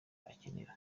akenera